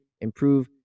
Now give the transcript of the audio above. improve